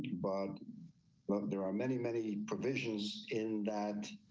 but but there are many, many provisions in that